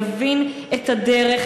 יבין את הדרך,